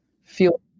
feel